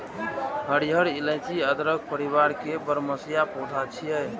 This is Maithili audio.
हरियर इलाइची अदरक परिवार के बरमसिया पौधा छियै